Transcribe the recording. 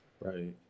Right